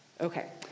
Okay